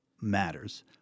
matters